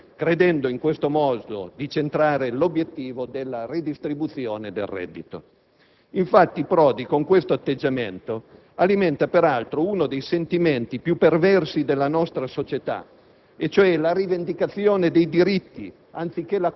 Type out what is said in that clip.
per accontentare coloro che rivendicano diritti credendo, in questo modo, di centrare l'obiettivo della redistribuzione del reddito. Con questo atteggiamento, Prodi alimenta peraltro uno dei sentimenti più perversi della nostra società